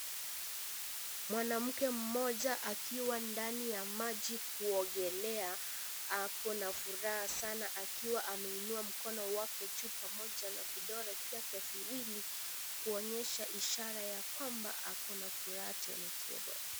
Mwanamke mmoja akiwa ndani ya maji kuogelea ako na furaha sana akiwa ameinua mkono wake juu pamoja na vidole vyake viwili, kuonyesha ishara ya kwamba ako na furaha tele tele.